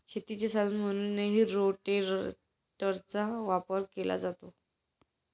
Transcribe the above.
शेतीचे साधन म्हणूनही रोटेटरचा वापर केला जातो